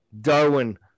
Darwin